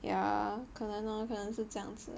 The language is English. ya 可能 lor 可能是这样子